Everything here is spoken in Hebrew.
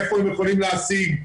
איפה הם יכולים להשיג,